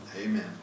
Amen